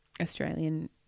Australian